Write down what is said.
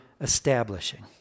establishing